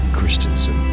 Christensen